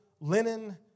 linen